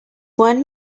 one